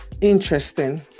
interesting